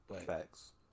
Facts